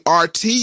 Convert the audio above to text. RT